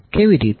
કેવી રીતે